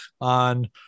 on